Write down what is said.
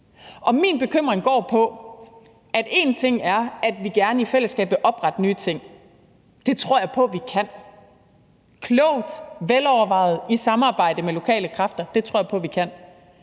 til uddannelse. Og én ting er, at vi gerne i fællesskab vil oprette nye ting; det tror jeg på vi kan – klogt, velovervejet og i samarbejde med lokale kræfter tror jeg på, vi kan